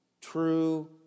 true